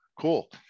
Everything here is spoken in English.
Cool